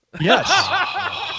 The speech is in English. Yes